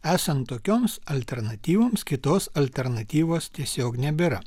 esant tokioms alternatyvoms kitos alternatyvos tiesiog nebėra